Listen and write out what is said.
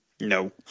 No